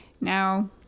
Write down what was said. now